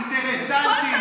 אתם אינטרסנטים.